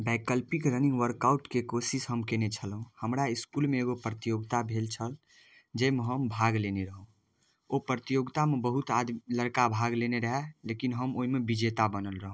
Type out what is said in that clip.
वैकल्पिक running work आउटके कोशिश हम कएने छलहुँ हमरा इसकुलमे एगो प्रतियोगिता भेल छल जाहिमे हम भाग लेने रहौँ ओहि प्रतियोगितामे बहुत आदमी लड़का भाग लेने रहै लेकिन हम ओहिमे विजेता बनल रहौँ